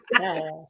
Yes